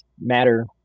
matter